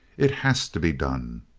it has to be done!